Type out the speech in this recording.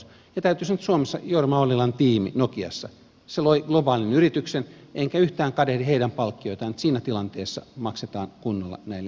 ja täytyy sanoa että suomessa jorma ollilan tiimi nokiassa loi globaalin yrityksen enkä yhtään kadehdi heidän palkkioitaan että siinä tilanteessa maksetaan kunnolla näille ihmisille